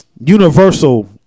universal